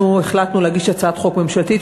החלטנו להגיש הצעת חוק ממשלתית,